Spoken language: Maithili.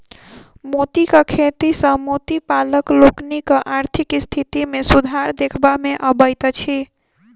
मोतीक खेती सॅ मोती पालक लोकनिक आर्थिक स्थिति मे सुधार देखबा मे अबैत अछि